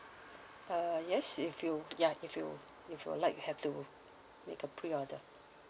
uh yes if you ya if you if you'd like have to make a pre-order